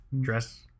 dress